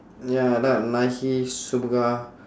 ya I like nike superga